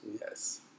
Yes